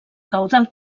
caudal